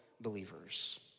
believers